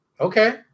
Okay